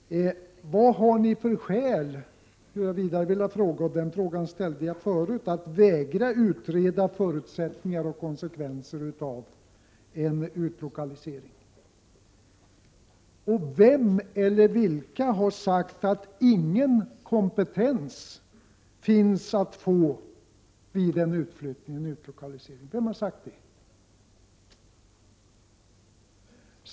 Och vidare en fråga som jag redan har ställt: Vad har ni för skäl att vägra utreda förutsättningar och konsekvenser av utlokalisering? Och vem eller vilka har sagt att ingen kompetens finns att få vid en utlokalisering?